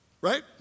Right